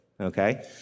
Okay